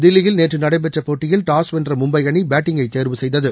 தில்லியில் நேற்று நடைபெற்ற போட்டியில் டாஸ் வென்ற மும்பை அணி பேட்டிங்கை தேர்வு செய்தது